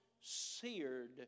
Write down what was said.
seared